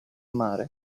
mare